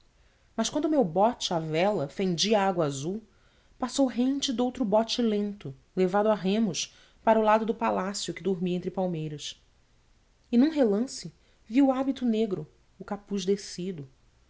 mas quando o meu bote à vela fendia a água azul passou rente de outro bote lento levado a remos para o lado do palácio que dormia entre palmeiras e num relance vi o hábito negro o capuz descido